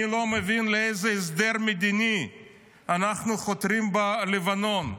אני לא מבין לאיזה הסדר מדיני אנחנו חותרים בלבנון.